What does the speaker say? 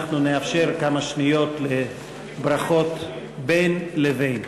אנחנו נאפשר כמה שניות לברכות בין לבין.